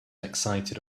excited